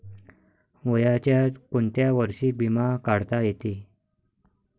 वयाच्या कोंत्या वर्षी बिमा काढता येते?